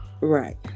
Right